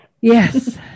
Yes